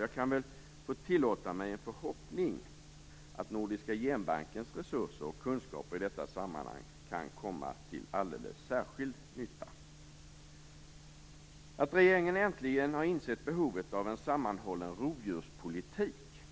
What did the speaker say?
Jag kan väl tillåta mig en förhoppning att Nordiska genbankens resurser och kunskaper i detta sammanhang kan komma till alldeles särskild nytta. Att regeringen äntligen har insett behovet av en sammanhållen rovdjurspolitik